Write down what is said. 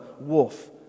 wolf